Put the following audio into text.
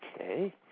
Okay